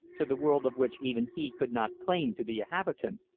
to the world of which even he could not claim to be a habitant.